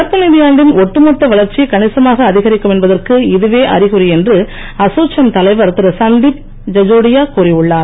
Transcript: நடப்பு நிதியாண்டின் ஒட்டுமொத்த வளர்ச்சி கணிசமாக அதிகரிக்கும் என்பதற்கு இதுவே அறிகுறி என்று அசோச்சேம் தலைவர் திரு சந்திப் ஜஜோடியா கூறி உள்ளார்